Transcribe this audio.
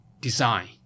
design